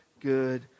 good